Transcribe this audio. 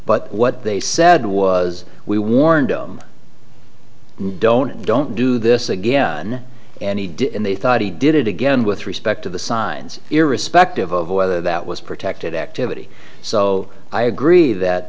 but what they said was we warned them don't don't do this again and he did and they thought he did it again with respect to the signs irrespective of whether that was protected activity so i agree that